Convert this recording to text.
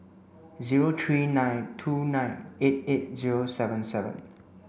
zero three nine two nine eight eight zero seven seven